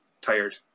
tired